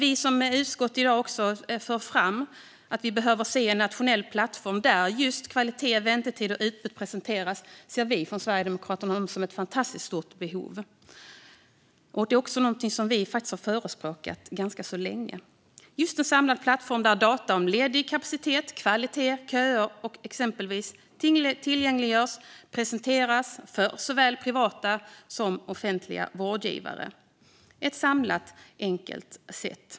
Vi sverigedemokrater anser att det finns ett stort behov av en nationell plattform där just kvalitet, väntetid och utbud presenteras, och detta har vi förespråkat länge. Det handlar om en plattform där data om ledig kapacitet, kvalitet och köer för såväl privata som offentliga vårdgivare tillgängliggörs och presenteras. Det ska vara samlat och enkelt.